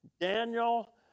Daniel